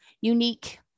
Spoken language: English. unique